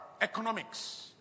economics